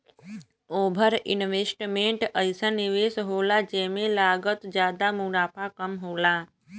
over investment अइसन निवेस होला जेमे लागत जादा मुनाफ़ा कम होला